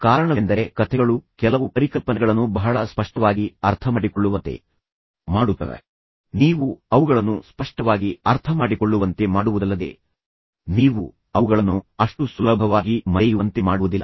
ಕಾರಣವೆಂದರೆ ಕಥೆಗಳು ನಿಮಗೆ ಕೆಲವು ಪರಿಕಲ್ಪನೆಗಳನ್ನು ಬಹಳ ಸ್ಪಷ್ಟವಾಗಿ ಅರ್ಥಮಾಡಿಕೊಳ್ಳುವಂತೆ ಮಾಡುತ್ತವೆ ನೀವು ಅವುಗಳನ್ನು ಸ್ಪಷ್ಟವಾಗಿ ಅರ್ಥಮಾಡಿಕೊಳ್ಳುವಂತೆ ಮಾಡುವುದಲ್ಲದೆ ನೀವು ಅವುಗಳನ್ನು ಅಷ್ಟು ಸುಲಭವಾಗಿ ಮರೆಯುವಂತೆ ಮಾಡುವುದಿಲ್ಲ